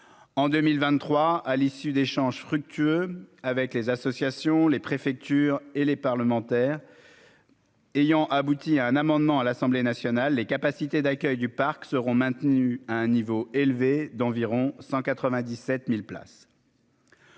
en 2023, à l'issue d'échanges fructueux avec les associations, les préfectures et les parlementaires. Ayant abouti à un amendement à l'Assemblée nationale, les capacités d'accueil du parc seront maintenus à un niveau élevé d'environ 197000 places.